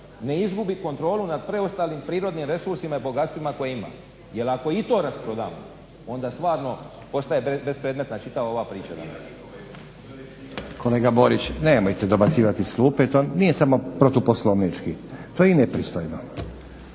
ne izgubi kontrolu nad preostalim prirodnim resursima i bogatstvima koje ima jer ako i to rasproda onda stvarno postaje bespredmetna čitava ova priča danas. … /Upadica se ne razumije./ … **Stazić, Nenad (SDP)** Kolega Borić, nemojte dobacivat iz klupe. To nije samo protuposlovnički, to je i nepristojno.